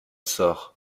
sort